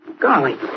Golly